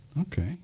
Okay